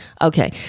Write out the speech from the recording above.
Okay